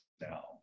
now